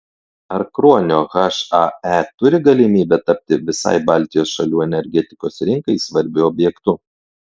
ar kruonio hae turi galimybę tapti visai baltijos šalių energetikos rinkai svarbiu objektu